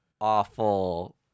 awful